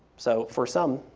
so for some,